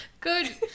Good